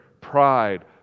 pride